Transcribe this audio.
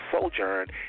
sojourn